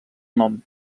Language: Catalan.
nom